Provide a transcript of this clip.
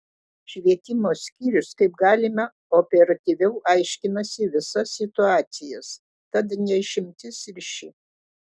švietimo skyrius kaip galima operatyviau aiškinasi visas situacijas tad ne išimtis ir ši